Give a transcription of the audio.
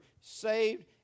saved